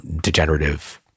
degenerative